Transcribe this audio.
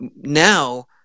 Now